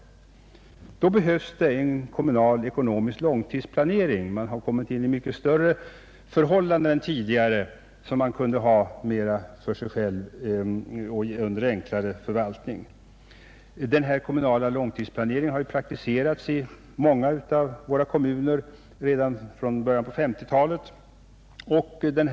Därför behövs det en kommunal ekonomisk långtidsplanering — förhållandena har blivit helt annorlunda än tidigare då verksamheten kunde bedrivas med enklare förvaltning. Denna kommunala långtidsplanering har praktiserats i många av våra kommuner redan i början av 1950-talet.